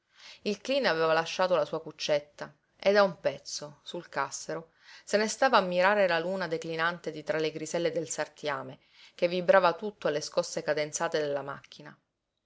il cleen aveva lasciato la sua cuccetta e da un pezzo sul cassero se ne stava a mirare la luna declinante di tra le griselle del sartiame che vibrava tutto alle scosse cadenzate della macchina